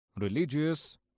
religious